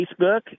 Facebook